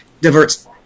diverts